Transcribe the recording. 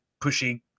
pushy